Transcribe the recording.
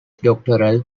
doctoral